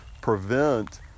prevent